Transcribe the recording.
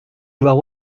voir